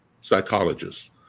psychologists